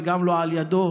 וגם לא על ידו,